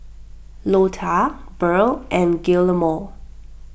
Lotta Burl and Guillermo